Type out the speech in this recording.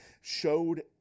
showed